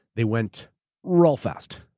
they went real fast,